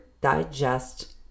digest